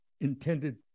intended